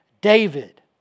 David